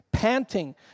panting